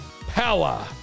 power